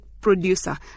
producer